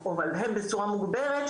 אבל הם בצורה מוגברת,